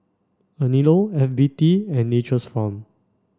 Anello F B T and Nature's Farm